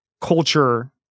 culture